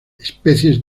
especies